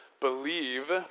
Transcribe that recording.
believe